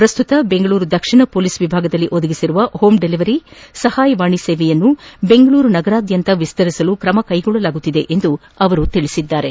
ಪ್ರಸ್ತುತ ಬೆಂಗಳೂರು ದಕ್ಷಿಣ ಮೊಲೀಸ್ ವಿಭಾಗದಲ್ಲಿ ಒದಗಿಸಿರುವ ಹೋಂ ಡಿಲಿವರಿ ಸಹಾಯವಾಣಿ ಸೇವೆಯನ್ನು ಬೆಂಗಳೂರು ನಗರಾದ್ದಂತ ವಿಸ್ತರಿಸಲು ಕ್ರಮ ಕೈಗೊಳ್ಳಲಾಗುತ್ತಿದೆ ಎಂದು ಹೇಳಿದರು